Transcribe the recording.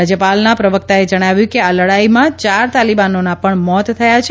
રાજ્યપાલના પ્રવકતાએ જણાવ્યું કે આ લડાઇમાં ચાર તાલીબાનોનાં પણ મોત થયાં છે